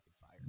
fire